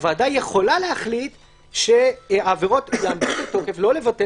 הוועדה יכולה להחליט שעבירות לא לבטל